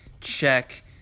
check